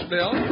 Bill